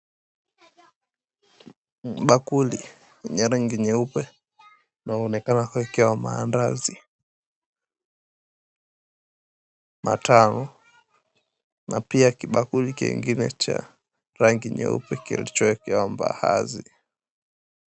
Bakuli ya rangi nyeupe, inaonekana kuwekewa ya maandazi matano. Na pia kibakuli kingine cha rangi nyeupe, kilichowekewa mbaazi.